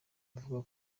avuga